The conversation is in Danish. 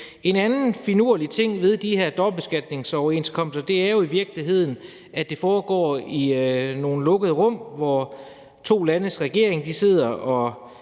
En anden finurlig ting ved de her dobbeltbeskatningsoverenskomster er jo i virkeligheden, at det foregår i nogle lukkede rum, hvor to landes regeringer sidder og